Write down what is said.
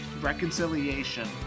reconciliation